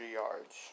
yards